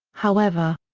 however.